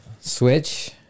switch